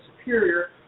Superior